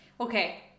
Okay